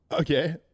Okay